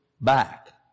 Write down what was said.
back